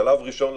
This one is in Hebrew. בשלב ראשון,